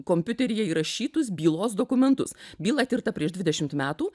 kompiuteryje įrašytus bylos dokumentus byla tirta prieš dvidešimt metų